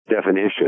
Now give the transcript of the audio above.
definition